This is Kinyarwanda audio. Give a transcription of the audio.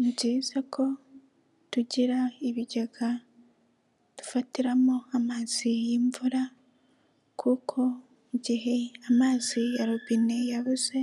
Ni byiza ko tugira ibigega dufatiramo amazi y'imvura, kuko mu gihe amazi ya robine yabuze